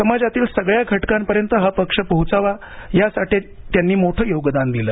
समाजातील सगळ्या घटकांपर्यंत हा पक्ष पोहोचावा यासाठी त्यांनी मोठं योगदान दिलं